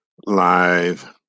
live